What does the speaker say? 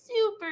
super